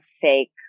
fake